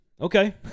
Okay